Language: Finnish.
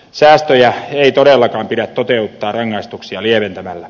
säästöjä ei todellakaan pidä toteuttaa rangaistuksia lieventämällä